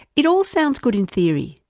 it all sounds good in theory,